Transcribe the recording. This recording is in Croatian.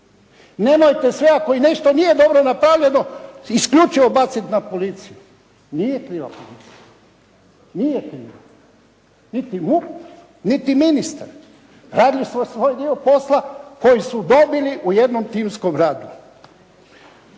Nemojte sve ako i nešto nije dobro napravljeno isključivo baciti na policiju. Nije kriva policija. Nije kriva, niti MUP, niti ministar. Radili su svoj dio posla koji su dobili u jednom timskom radu.